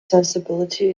sensibility